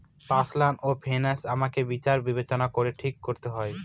personal finance আমাকে বিচার বিবেচনা করে ঠিক করতে হয়